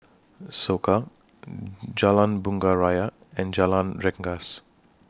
Soka Jalan Bunga Raya and Jalan Rengas